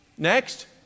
Next